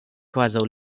kvazaŭ